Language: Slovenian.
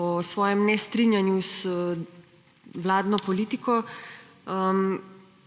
o svojem nestrinjanju z vladno politiko,